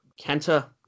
Kenta